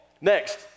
Next